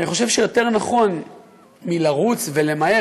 אני חושב שיותר נכון מלרוץ ולמהר,